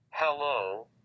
Hello